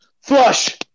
Flush